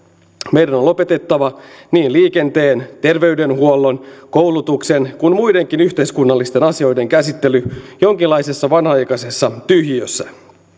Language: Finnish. meidän on lopetettava niin liikenteen terveydenhuollon koulutuksen kuin muidenkin yhteiskunnallisten asioiden käsittely jonkinlaisessa vanhanaikaisessa tyhjiössä